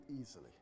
easily